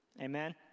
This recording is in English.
Amen